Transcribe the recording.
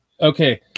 okay